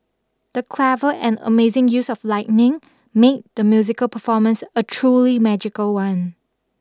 the clever and amazing use of lightning made the musical performance a truly magical one